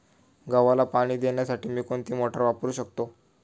गव्हाला पाणी देण्यासाठी मी कोणती मोटार वापरू शकतो?